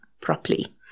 properly